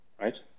Right